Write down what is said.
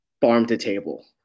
farm-to-table